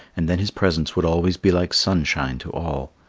and then his presence would always be like sunshine to all.